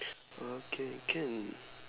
okay can